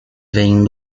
vem